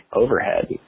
overhead